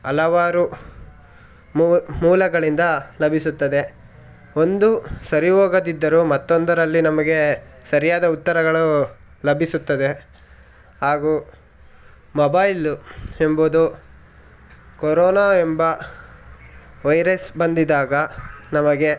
ಹಲವಾರು ಮೂಲಗಳಿಂದ ಲಭಿಸುತ್ತದೆ ಒಂದು ಸರಿ ಹೋಗದಿದ್ದರೂ ಮತ್ತೊಂದರಲ್ಲಿ ನಮಗೆ ಸರಿಯಾದ ಉತ್ತರಗಳು ಲಭಿಸುತ್ತದೆ ಹಾಗೂ ಮೊಬೈಲ್ ಎಂಬುದು ಕೊರೋನ ಎಂಬ ವೈರಸ್ ಬಂದಿದ್ದಾಗ ನಮಗೆ